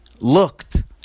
looked